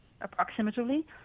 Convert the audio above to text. approximately